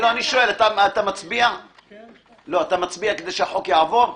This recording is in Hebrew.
אתה מצביע כדי שהחוק יעבור?